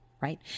right